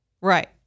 Right